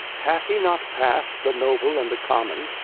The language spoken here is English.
hath he not pass'd the noble and the commons?